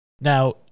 Now